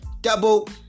Double